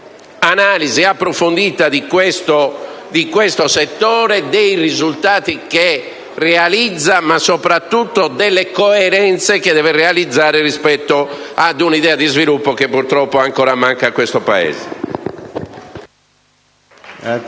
un'analisi approfondita di questo settore, dei risultati che realizza, ma soprattutto delle coerenze che deve realizzare rispetto ad un'idea di sviluppo che purtroppo ancora manca a questo Paese.